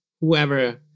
whoever